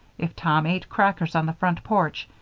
if tom ate crackers on the front porch,